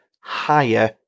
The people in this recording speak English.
higher